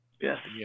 Yes